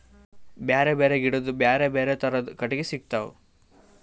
ಬ್ಯಾರೆ ಬ್ಯಾರೆ ಗಿಡದ್ ಬ್ಯಾರೆ ಬ್ಯಾರೆ ಥರದ್ ಕಟ್ಟಗಿ ಸಿಗ್ತವ್